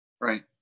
Right